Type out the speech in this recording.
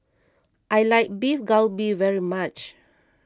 I like Beef Galbi very much